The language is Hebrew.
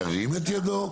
ירים את ידו.